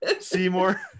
Seymour